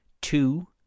Two